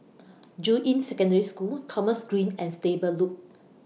Juying Secondary School Thomson Green and Stable Loop